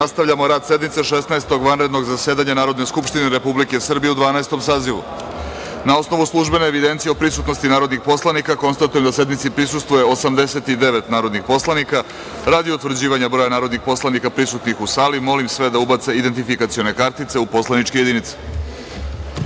nastavljamo rad Šesnaestog vanrednog zasedanja Narodne skupštine Republike Srbije u Dvanaestom sazivu. Na osnovu službene evidencije o prisutnosti narodnih poslanika, konstatujem da sednici prisustvuje 89 narodnih poslanika. Radi utvrđivanja broja narodnih poslanika prisutnih u sali, molim narodne poslanike da ubace svoje identifikacione kartice u poslaničke jedinice